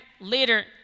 later